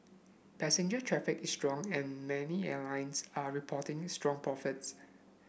passenger traffic is strong and many airlines are reporting strong profits